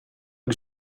que